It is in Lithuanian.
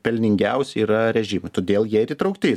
pelningiausi yra režimui todėl jie ir įtraukti